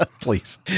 please